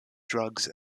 drugs